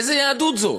איזו יהדות זאת.